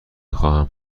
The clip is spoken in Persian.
خواهم